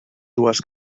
dues